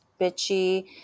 bitchy